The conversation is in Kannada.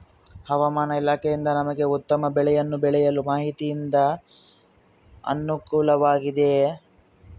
ಹವಮಾನ ಇಲಾಖೆಯಿಂದ ನಮಗೆ ಉತ್ತಮ ಬೆಳೆಯನ್ನು ಬೆಳೆಯಲು ಮಾಹಿತಿಯಿಂದ ಅನುಕೂಲವಾಗಿದೆಯೆ?